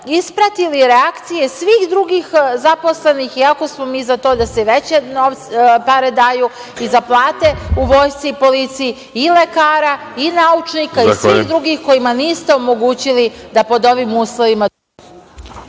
ispratili reakcije svih drugih zaposlenih, iako smo mi za to da se veće pare daju i za plate u vojsci i policiji i lekara i naučnika i svih drugih kojima niste omogućili da pod ovim uslovima